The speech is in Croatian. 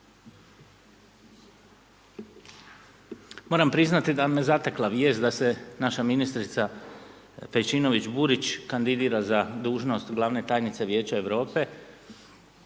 Moram priznati da me zatekla vijest da se naša ministrica Pejčinović Burić kandidira za dužnost glavne tajnice Vijeća Europe